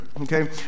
okay